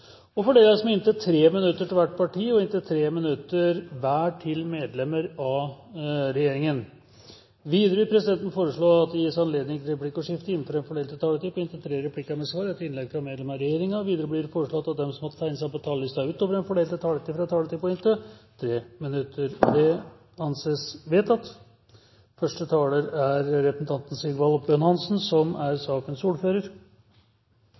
og fordeles med inntil 5 minutter til hvert parti og inntil 5 minutter hver til medlemmer av regjeringen. Videre vil presidenten foreslå at det gis anledning til replikkordskifte på inntil tre replikker med svar etter innlegg fra medlemmer av regjeringen innenfor den fordelte taletid. Videre blir det foreslått at de som måtte tegne seg på talerlisten utover den fordelte taletid, får en taletid på inntil 3 minutter. – Det anses vedtatt.